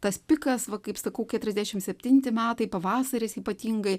tas pikas va kaip sakau keturiasdešimt seotinti metai pavasaris ypatingai